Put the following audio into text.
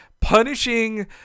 punishing